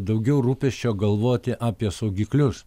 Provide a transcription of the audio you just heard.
daugiau rūpesčio galvoti apie saugiklius